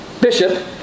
bishop